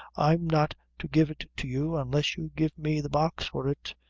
i'm not to give it to you, unless you give me the box for it.